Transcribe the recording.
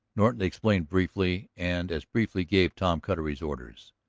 norton explained briefly and as briefly gave tom cutter his orders.